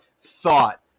thought